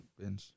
Ben